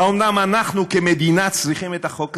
האומנם אנחנו כמדינה צריכים את החוק הזה?